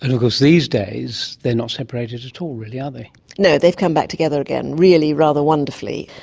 and of course these days they are not separated at all really, are they. no, they've come back together again really rather wonderfully.